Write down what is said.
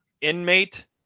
inmate